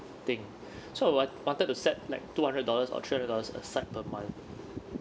thing so I want wanted to set like two hundred dollars or three hundred dollars aside per month